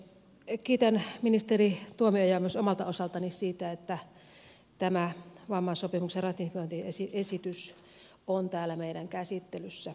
myös minä kiitän ministeri tuomiojaa omalta osaltani siitä että tämä vammaissopimuksen ratifiointiesitys on täällä meidän käsittelyssämme tänään